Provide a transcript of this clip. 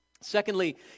Secondly